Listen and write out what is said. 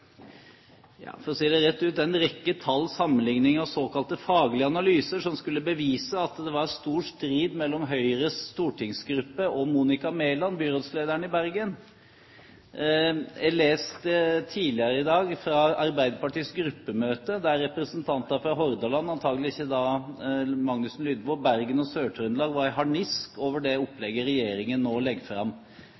for å si det rett ut – en rekke tall, sammenligninger og såkalte faglige analyser som skulle bevise at det var stor strid mellom Høyres stortingsgruppe og Monica Mæland, byrådslederen i Bergen. Jeg leste tidligere i dag fra Arbeiderpartiets gruppemøte, der representanter fra Hordaland – antakelig da ikke Magnusson Lydvo – Bergen og Sør-Trøndelag var i harnisk over det